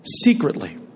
Secretly